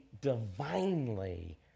divinely